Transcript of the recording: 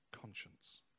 conscience